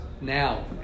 now